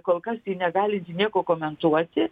kol kas ji negalinti nieko komentuoti